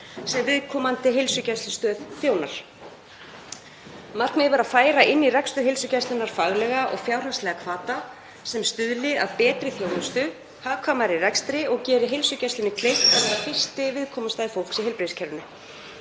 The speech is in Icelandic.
sem viðkomandi heilsugæslustöð þjónaði. Markmiðið var að færa inn í rekstur heilsugæslunnar faglega og fjárhagslega hvata til að stuðla að betri þjónustu, hagkvæmari rekstri og gera heilsugæslunni kleift að vera fyrsti viðkomustaður fólks í heilbrigðiskerfinu.